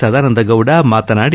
ಸದಾನಂದಗೌಡ ಮಾತನಾಡಿ